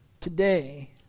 today